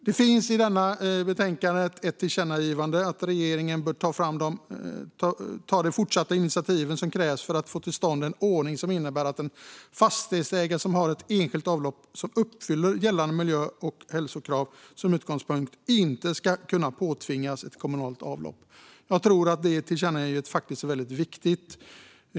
Det finns i detta betänkande ett förslag till tillkännagivande om att regeringen bör ta de fortsatta initiativ som krävs för att få till stånd en ordning som innebär att en fastighetsägare som har ett eget avlopp som uppfyller gällande miljö och hälsokrav inte som utgångspunkt ska kunna påtvingas ett kommunalt avlopp. Jag tror att det tillkännagivandet är väldigt viktigt.